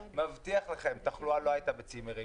אני מבטיח לכם שלא הייתה תחלואה בצימרים.